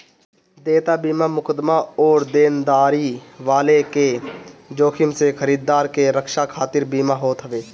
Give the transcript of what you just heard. देयता बीमा मुकदमा अउरी देनदारी वाला के जोखिम से खरीदार के रक्षा खातिर बीमा होत हवे